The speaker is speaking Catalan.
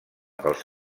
pels